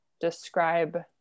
describe